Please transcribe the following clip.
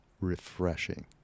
refreshing